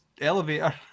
elevator